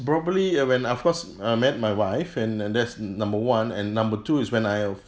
probably uh when I first uh met my wife and and that's number one and number two is when I